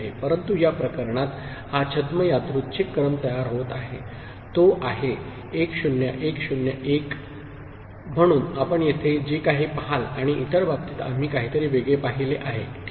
परंतु या प्रकरणात हा छद्म यादृच्छिक क्रम तयार होत आहे तो आहे 1 0 1 0 1 म्हणून आपण येथे जे काही पहाल आणि इतर बाबतीत आम्ही काहीतरी वेगळे पाहिले आहे ठीक